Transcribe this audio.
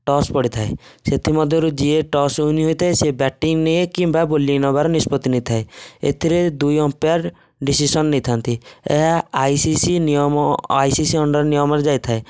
toss ପଡ଼ିଥାଏ ସେଥିମଧ୍ୟରୁ ଯିଏ ଟସ୍ ୱିନ୍ ହୋଇଥାଏ ସିଏ ବ୍ୟାଟିଂ ନିଏ କିମ୍ବା ବୋଲିଂ ନେବାର ନିଷ୍ପତି ନେଇଥାଏ ଏଥିରେ ଦୁଇ ଅମ୍ପେୟାର ଡିସିସନ୍ ନେଇଥାନ୍ତି ଏହା ଆଇସିସି ନିୟମ ଆଇସିସି ଅଣ୍ଡର୍ ନିୟମରେ ଯାଇଥାଏ